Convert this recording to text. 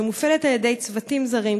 שמופעלת על ידי צוותים זרים,